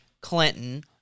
Clinton